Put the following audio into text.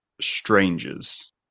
strangers